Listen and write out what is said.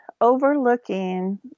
overlooking